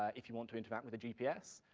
if you want to interact with a gps,